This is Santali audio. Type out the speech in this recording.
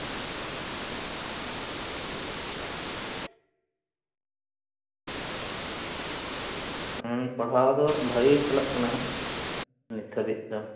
ᱯᱟᱲᱦᱟᱣ ᱫᱚ ᱵᱷᱟᱜᱮ ᱜᱮ ᱪᱟᱞᱟᱜ ᱠᱟᱱᱟ ᱦᱟᱸᱜ ᱱᱤᱛ ᱦᱟᱹᱵᱤᱡ ᱫᱚ